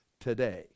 today